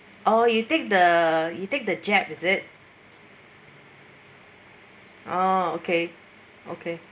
oh you take the you take the jab is it oh okay okay